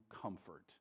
comfort